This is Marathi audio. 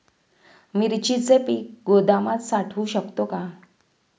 मिरचीचे पीक गोदामात साठवू शकतो का?